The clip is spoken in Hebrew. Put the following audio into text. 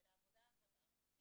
אלא העבודה המערכתית,